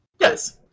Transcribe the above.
Yes